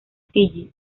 fiyi